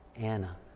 Anna